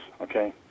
Okay